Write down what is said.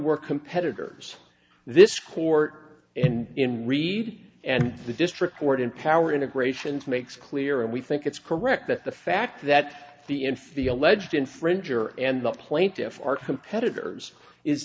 were competitors this court and in read and the district court in power integrations makes clear and we think it's correct that the fact that the end for the alleged infringer and the plaintiffs are competitors is